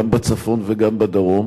גם בצפון וגם בדרום,